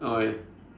oh wait